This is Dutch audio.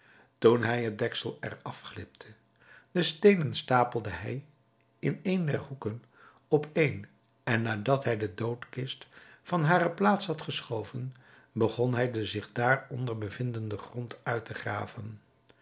toen hij het deksel er afligtte de steenen stapelde hij in een der hoeken op een en nadat hij de doodkist van hare plaats had geschoven begon hij den zich daar onder bevindenden grond uit te graven